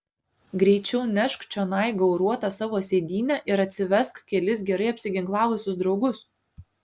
greičiau nešk čionai gauruotą savo sėdynę ir atsivesk kelis gerai apsiginklavusius draugus